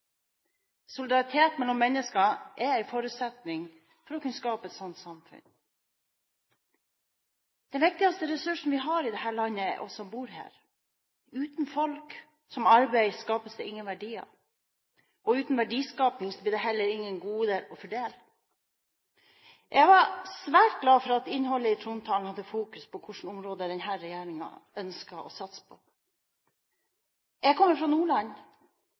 Solidaritet mellom mennesker er en forutsetning for å kunne skape et slikt samfunn. Den viktigste ressursen vi har i dette landet, er vi som bor her. Uten folk som arbeider, skapes det ingen verdier. Og uten verdiskaping blir det heller ingen goder å fordele. Jeg var svært glad for at innholdet i trontalen hadde fokus på hvilke områder denne regjeringen ønsker å satse på. Jeg kommer fra Nordland.